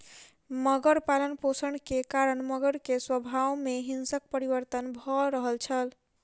मगर पालनपोषण के कारण मगर के स्वभाव में हिंसक परिवर्तन भ रहल छल